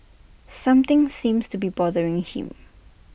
something seems to be bothering him